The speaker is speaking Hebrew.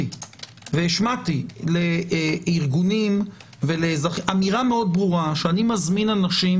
השמעתי לארגונים אמירה מאוד ברורה שאני מזמין אנשים